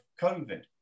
covid